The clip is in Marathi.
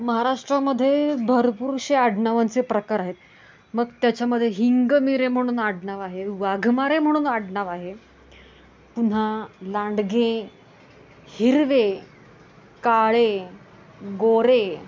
महाराष्ट्रामध्ये भरपूरसे आडनावांचे प्रकार आहेत मग त्याच्यामध्ये हिंगमिरे म्हणून आडनाव आहे वाघमारे म्हणून आडनाव आहे पुन्हा लांडगे हिरवे काळे गोरे